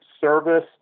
service